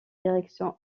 direction